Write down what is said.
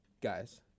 Guys